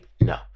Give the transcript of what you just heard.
No